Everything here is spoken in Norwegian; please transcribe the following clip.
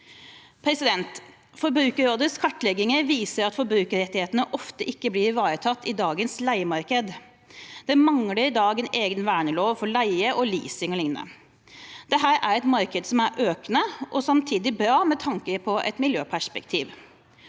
rus Forbrukerrådets kartlegginger viser at forbrukerrettighetene ofte ikke blir ivaretatt i dagens leiemarked. Det mangler i dag en egen vernelov for leie, leasing o.l. Dette er et marked som er økende og samtidig bra med tanke på et miljøperspektiv.